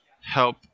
help